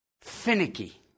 finicky